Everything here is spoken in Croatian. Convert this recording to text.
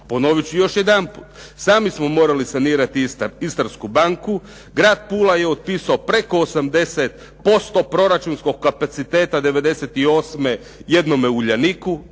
Ponovit ću još jedanput. Sami smo morali sanirati Istarsku banku, grad Pula je otpisao preko 80% proračunskog kapaciteta '98. jednom Uljaniku